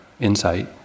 insight